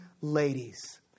ladies